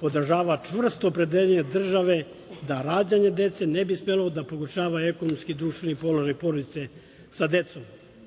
odražava čvrsto opredeljenje države da rađanje dece ne bi smelo da pogoršava ekonomski i društveni položaj porodice sa decom,